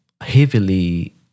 heavily